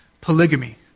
polygamy